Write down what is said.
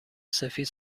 سفید